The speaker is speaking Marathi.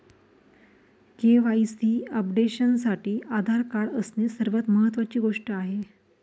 के.वाई.सी अपडेशनसाठी आधार कार्ड असणे सर्वात महत्वाची गोष्ट आहे